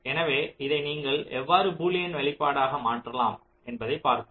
எனவே இதை நீங்கள் எவ்வாறு பூலியன் வெளிப்பாடாக மாற்றலாம் என்பதைப் பார்ப்போம்